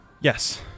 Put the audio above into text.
Yes